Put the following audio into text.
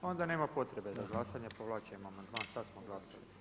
Onda nema potrebe za glasanjem, povlačim amandman, sada smo glasali.